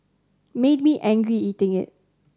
made me angry eating it